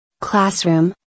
Classroom